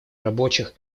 рабочих